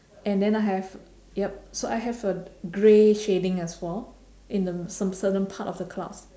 and then I have yup so I have a grey shading as well in the some certain part of the clouds